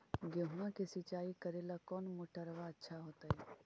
गेहुआ के सिंचाई करेला कौन मोटरबा अच्छा होतई?